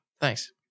Thanks